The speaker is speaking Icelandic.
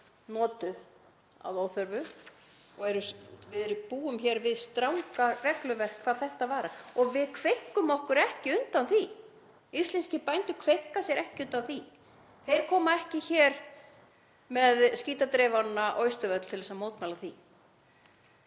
notuð að óþörfu og við búum hér við strangt regluverk hvað þetta varðar. Og við kveinkum okkur ekki undan því. Íslenskir bændur kveinka sér ekkert undan því. Þeir koma ekki hér með skítadreifarana hér á Austurvöll til að mótmæla því.